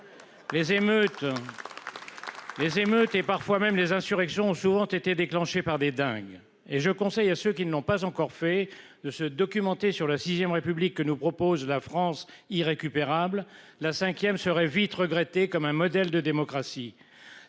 Les émeutes et parfois même les insurrections ont souvent été déclenchée par des dingues et je conseille à ceux qui ne l'ont pas encore fait de se documenter sur la VIe République que nous propose la France irrécupérable la cinquième serait vite regretté comme un modèle de démocratie.